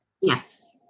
Yes